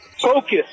Focus